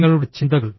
നിങ്ങളുടെ ചിന്തകൾ